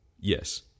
Yes